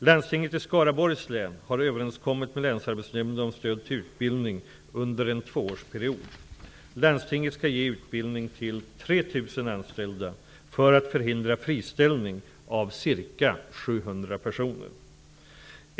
Landstinget i Skaraborgs län har överenskommit med Länsarbetsnämnden om stöd till utbildning under en tvåårsperiod. Landstinget skall ge utbildning till 3 000 anställda för att förhindra friställning av ca 700 personer.